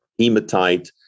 hematite